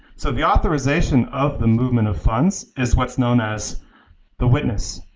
so the authorization of the movement of funds is what's known as the witness,